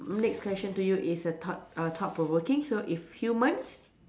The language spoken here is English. next question to you is a thought uh thought provoking so if humans